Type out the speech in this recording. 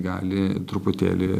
gali truputėlį